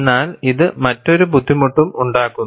എന്നാൽ ഇത് മറ്റൊരു ബുദ്ധിമുട്ടും ഉണ്ടാക്കുന്നു